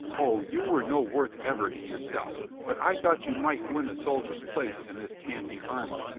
o, you were no worth ever in yourself, but i thought you might win a soldier's place in this cant ing army.